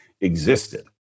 existed